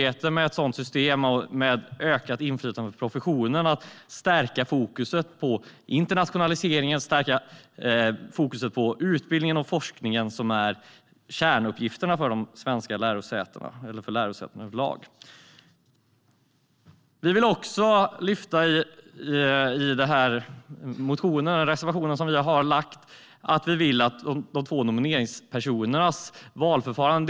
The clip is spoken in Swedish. Ett system med ökat inflytande för professionen möjliggör även ett stärkt fokus på internationalisering samt utbildning och forskning, vilket är kärnuppgifterna för lärosäten överlag. Vi skriver i den reservation som vi har lämnat om nomineringen och valförfarandet.